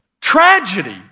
tragedy